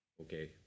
Okay